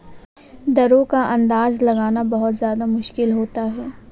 दरों का अंदाजा लगाना बहुत ज्यादा मुश्किल होता है